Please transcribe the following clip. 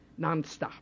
nonstop